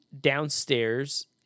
downstairs